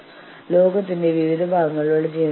വളരെ വളരെ പ്രധാനമാണ്